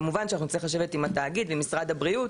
כמובן שאנחנו נצטרך לשבת עם התאגיד ועם משרד הבריאות